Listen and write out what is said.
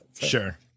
Sure